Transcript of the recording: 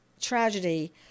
tragedy